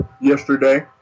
Yesterday